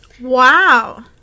wow